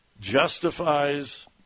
justifies